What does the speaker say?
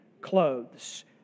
clothes